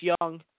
young